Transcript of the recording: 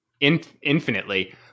infinitely